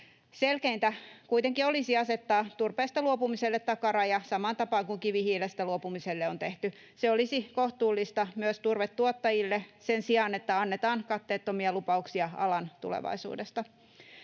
Selkeintä kuitenkin olisi asettaa turpeesta luopumiselle takaraja samaan tapaan kuin kivihiilestä luopumiselle on tehty. Se olisi kohtuullista myös turvetuottajille sen sijaan, että annetaan katteettomia lupauksia alan tulevaisuudesta.